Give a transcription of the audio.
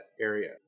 area